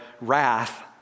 wrath